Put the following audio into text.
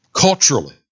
culturally